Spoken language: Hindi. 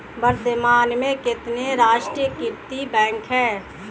वर्तमान में कितने राष्ट्रीयकृत बैंक है?